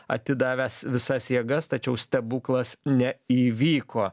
atidavęs visas jėgas tačiau stebuklas neįvyko